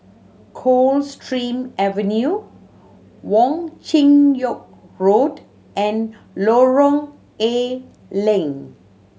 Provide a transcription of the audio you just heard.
Coldstream Avenue Wong Chin Yoke Road and Lorong A Leng